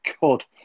God